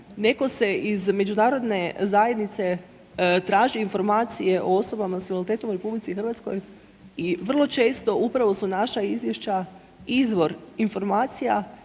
netko se iz međunarodne zajednice traži informacije o osobama s invaliditetom u RH i vrlo često upravo su naša izvješća izvor informacija